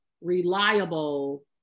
reliable